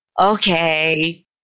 Okay